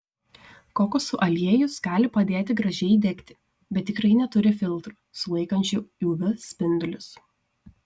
kokosų aliejus gali padėti gražiai įdegti bet tikrai neturi filtrų sulaikančių uv spindulius